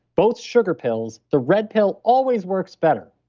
both sugar pills, the red pill always works better.